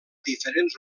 diferents